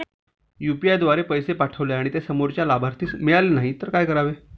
UPI द्वारे पैसे पाठवले आणि ते समोरच्या लाभार्थीस मिळाले नाही तर काय करावे?